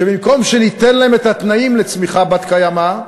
שבמקום שניתן להם את התנאים לצמיחה בת-קיימא,